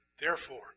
Therefore